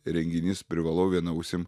renginys privalau viena ausim